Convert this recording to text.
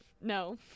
No